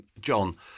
john